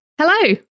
Hello